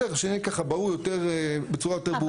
ככה שיהיה בצורה יותר ברורה.